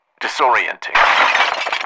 disorienting